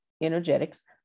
energetics